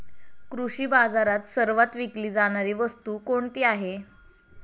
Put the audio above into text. कृषी बाजारात सर्वात विकली जाणारी वस्तू कोणती आहे?